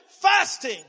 fasting